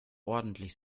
ordentlich